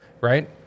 right